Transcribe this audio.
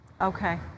Okay